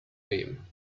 fame